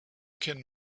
can